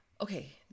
okay